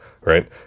right